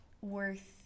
worth